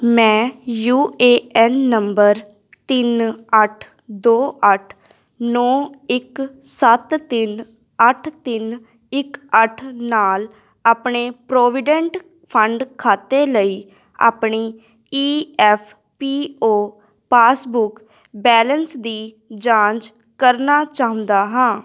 ਮੈਂ U A N ਨੰਬਰ ਤਿੰਨ ਅੱਠ ਦੋ ਅੱਠ ਨੌ ਇੱਕ ਸੱਤ ਤਿੰਨ ਅੱਠ ਤਿੰਨ ਇੱਕ ਅੱਠ ਨਾਲ ਆਪਣੇ ਪ੍ਰੋਵੀਡੈਂਟ ਫੰਡ ਖਾਤੇ ਲਈ ਆਪਣੀ E F P O passbook balance ਦੀ ਜਾਂਚ ਕਰਨਾ ਚਾਹੁੰਦਾ ਹਾਂ